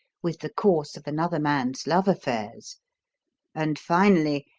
with the course of another man's love affairs and, finally,